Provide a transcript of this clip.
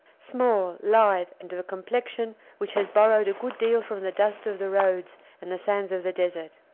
small, lithe, and of a complexion which has borrowed a good deal from the dust of the roads and the sands of the desert.